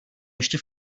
ještě